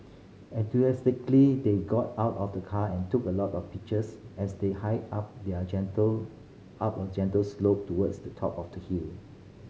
enthusiastically they got out of the car and took a lot of pictures as they hiked up the a gentle up a gentle slope towards the top of the hill